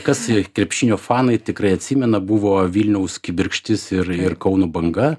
kas krepšinio fanai tikrai atsimena buvo vilniaus kibirkštis ir ir kauno banga